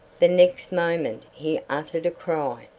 the next moment he uttered a cry.